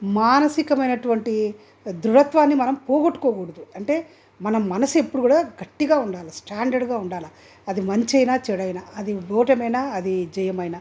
మానసికం అయినటువంటి దృఢత్వాన్ని మనం పోగొట్టుకోకూడదు అంటే మనం మనసు ఎప్పుడు కూడా గట్టిగా ఉండాలి స్టాండర్డ్గా ఉండాలి అది మంచైనా చెడైనా అది ఓటమైనా అది జయమైనా